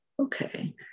Okay